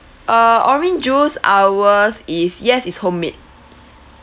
uh orange juice ours is yes it's homemade